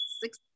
six